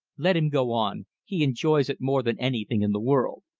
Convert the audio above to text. let him go on! he enjoys it more than anything in the world.